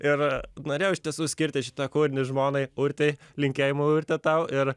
ir norėjau iš tiesų skirti šitą kūrinį žmonai urtei linkėjimai urtė tau ir